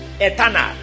eternal